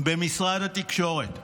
במשרד התקשורת,